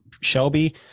Shelby